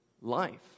life